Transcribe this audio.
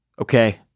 okay